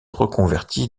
reconverti